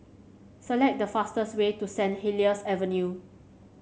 select the fastest way to Saint Helier's Avenue